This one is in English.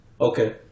okay